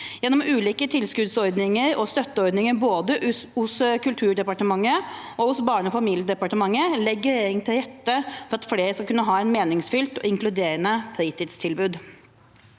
Gjennom ulike tilskuddsordninger og støtteordninger både hos Kulturdepartementet og hos Barne- og familiedepartementet legger regjeringen til rette for at flere skal kunne ha et meningsfylt og inkluderende fritidstilbud.